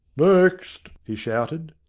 next, he shouted.